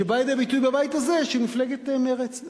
שבאה לידי ביטוי בבית הזה, של מפלגת מרצ.